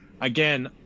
again